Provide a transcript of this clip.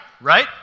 right